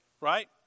right